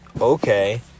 Okay